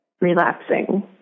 relapsing